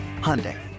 Hyundai